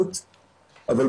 זה אומר